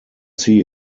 see